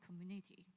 community